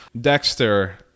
Dexter